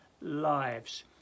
lives